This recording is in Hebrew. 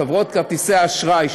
חברות כרטיסי האשראי,